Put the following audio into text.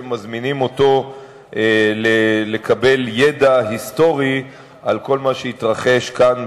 מזמינים אותו לקבל ידע היסטורי על כל מה שהתרחש כאן,